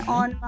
on